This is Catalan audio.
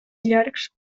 llargs